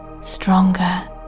stronger